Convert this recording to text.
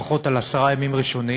לפחות על עשרה ימים ראשונים,